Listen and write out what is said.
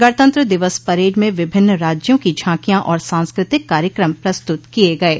गणतंत्र दिवस परेड़ में विभिन्न राज्यों की झांकियां और सांस्कृतिक कार्यक्रम प्रस्तुत किये गये